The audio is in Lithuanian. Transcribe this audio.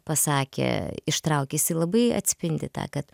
pasakė ištraukė jisai labai atspindi tą kad